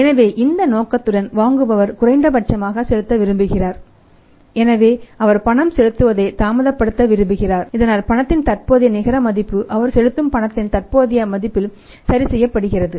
எனவே இந்த நோக்கத்துடன் வாங்குபவர் குறைந்தபட்சமாக செலுத்த விரும்புகிறார் எனவே அவர் பணம் செலுத்துவதை தாமதப்படுத்த விரும்பினார் இதனால் பணத்தின் தற்போதைய நிகர மதிப்பு அவர் செலுத்தும் பணத்தின் தற்போதைய மதிப்பில் சரி செய்யப்படுகிறது